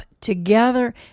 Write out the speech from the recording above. together